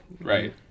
Right